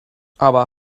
aber